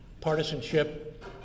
partisanship